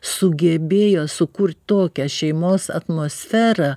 sugebėjo sukurt tokią šeimos atmosferą